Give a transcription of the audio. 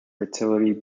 fertility